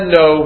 no